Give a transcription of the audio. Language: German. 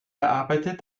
arbeitet